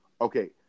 Okay